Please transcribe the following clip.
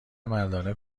مردانه